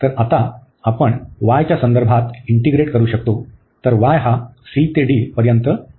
तर आता आपण y च्या संदर्भात इंटीग्रेट करू शकतो तर y हा c ते d पर्यंत बदलू शकतो